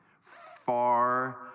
far